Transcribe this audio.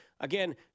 Again